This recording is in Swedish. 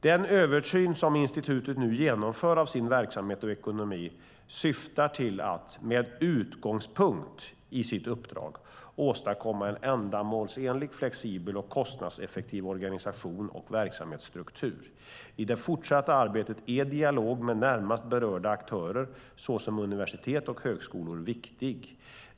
Den översyn som institutet nu genomför av sin verksamhet och ekonomi syftar till att, med utgångspunkt i sitt uppdrag, åstadkomma en ändamålsenlig, flexibel och kostnadseffektiv organisation och verksamhetsstruktur. I det fortsatta arbetet är dialog med närmast berörda aktörer såsom universitet och högskolor viktig.